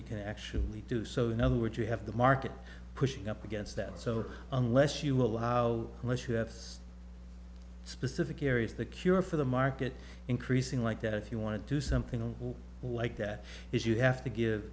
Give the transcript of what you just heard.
you can actually do so in other words you have the market pushing up against that so unless you will how much you have specific areas the cure for the market increasing like that if you want to do something like that is you have to give